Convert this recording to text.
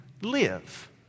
live